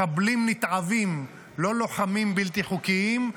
מחבלים נתעבים, לא "לוחמים בלתי חוקיים".